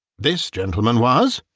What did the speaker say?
this gentleman was,